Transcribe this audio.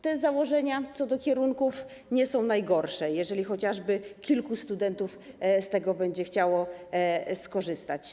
Te założenia co do kierunków nie są najgorsze, jeżeli chociażby kilku studentów z tego będzie chciało skorzystać.